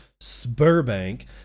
Spurbank